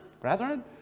brethren